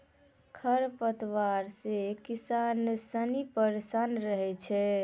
खरपतवार से किसान सनी परेशान रहै छै